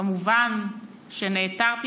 כמובן שנעתרתי,